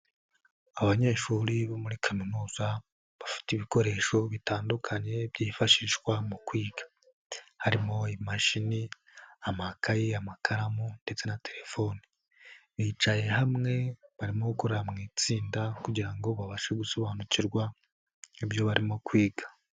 Abanyeshuri bo muri kaminuza, bafite ibikoresho bitandukanye byifashishwa mu kwiga. Harimo imashini, amakaye, amakaramu ndetse na telefone. Bicaye hamwe, barimo gukora mu itsinda kugira ngo babashe gusobanukirwa, ibyo barimo kwiga.